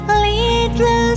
little